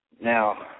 Now